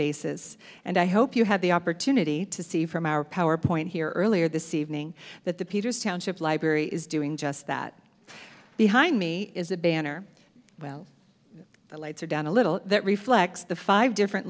basis and i hope you had the opportunity to see from our power point here earlier this evening that the peters township library is doing just that behind me is a banner well the lights are down a little that reflects the five different